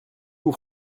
vous